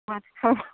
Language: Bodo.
माथो खालाम